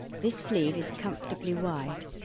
this sleeve is comfortably wide